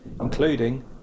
including